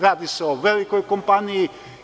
Radi se o velikoj kompaniji.